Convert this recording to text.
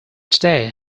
today